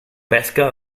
pesca